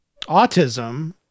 autism